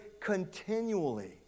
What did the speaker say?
continually